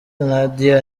nadia